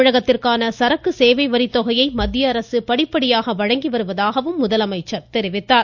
தமிழகத்திற்கான சரக்கு சேவை வரித்தொகையை மத்திய அரசு படிப்படியாக வழங்கி வருவதாகவும் முதலமைச்சர் தெரிவித்தார்